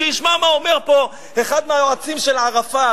שישמע מה אומר פה אחד מהיועצים של ערפאת: